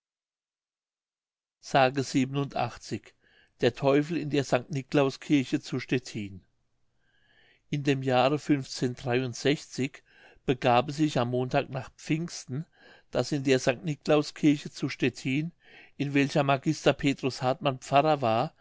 s der teufel in der st niclaus kirche zu stettin in dem jahre begab es sich am montag nach pfingsten daß in der st niclaus kirche zu stettin an welcher magister petrus hartmann pfarrer war